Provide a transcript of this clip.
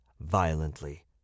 Violently